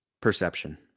perception